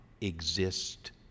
exist